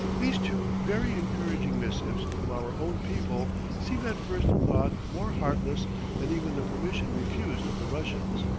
these two very encouraging missives from our own people seem at first thought more heartless than even the permission refused of the russians.